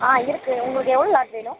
ஆ இருக்குது உங்களுக்கு எவ்வளவுலாட் வேணும்